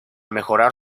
mejorar